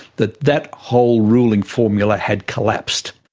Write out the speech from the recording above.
that that whole ruling formula had collapsed.